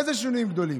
איזה שינויים גדולים?